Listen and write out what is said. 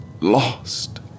lost